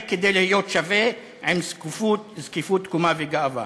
כדי להיות שווה עם זקיפות קומה וגאווה.